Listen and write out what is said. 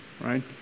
Right